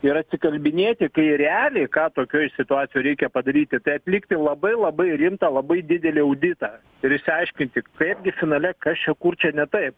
ir atsikalbinėti kai realiai ką tokioj situacijoj reikia padaryti tai atlikti labai labai rimtą labai didelį auditą ir išsiaiškinti kaipgi finale kas čia kur čia ne taip